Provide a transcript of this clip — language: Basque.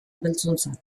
beltzontzat